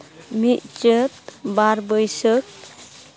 ᱢᱤᱫ ᱪᱟᱹᱛ ᱵᱟᱨ ᱵᱟᱹᱭᱥᱟᱹᱠᱷ